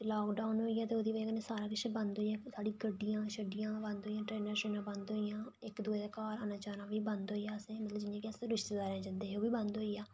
lockdown होई गेआ ते ओह्दी वजह् कन्नै सारा किश बंद होई गेआ साढ़ी गड्डियां शड्डियां बंद होई गेइयां ट्रेनां शरेनां बंद होई गेइयां इक दूए दे घर औना जाना बी बंद होई गेआ अस जियां कि मतलब अस रिशतेदारें दे जंदे हे ओह् बी बंद होई गेआ